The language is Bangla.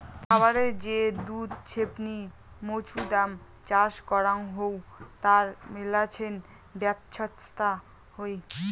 খায়ারে যে দুধ ছেপনি মৌছুদাম চাষ করাং হউ তার মেলাছেন ব্যবছস্থা হই